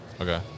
okay